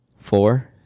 Four